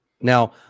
Now